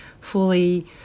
fully